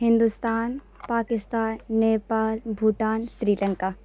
Hindustan Pakistan Nepal Bhutan Sri Lanka